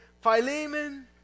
Philemon